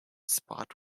spot